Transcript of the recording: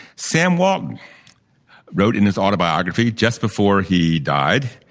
sam walton wrote in his autobiography just before he died